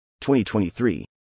2023